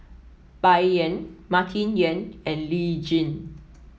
Bai Yan Martin Yan and Lee Tjin